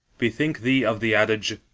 bethink thee of the adage,